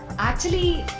actually